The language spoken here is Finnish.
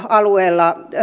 alueella